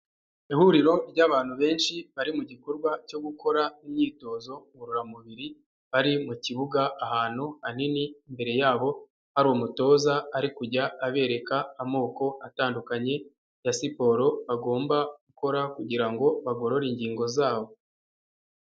Ihuriro ry'abantu benshi bari mu gikorwa cyo gukora imyitozo ngororamubiri, bari mu kibuga ahantu hanini, mbere y'aho hari umutoza ari kujya abereka amoko atandukanye ya siporo bagomba gukora, kugira ngo bagorore ingingo zabo.